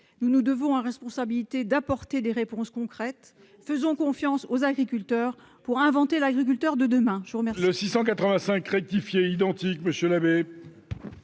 Nous nous devons d'apporter des réponses concrètes. Faisons confiance aux agriculteurs pour inventer l'agriculture de demain